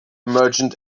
merchant